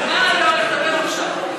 נא לא לדבר עכשיו.